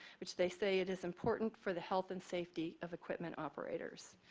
which they say it is important for the health and safety of equipment operators.